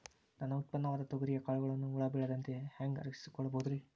ನನ್ನ ಉತ್ಪನ್ನವಾದ ತೊಗರಿಯ ಕಾಳುಗಳನ್ನ ಹುಳ ಬೇಳದಂತೆ ಹ್ಯಾಂಗ ರಕ್ಷಿಸಿಕೊಳ್ಳಬಹುದರೇ?